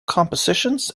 compositions